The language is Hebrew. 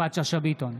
יפעת שאשא ביטון,